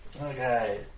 Okay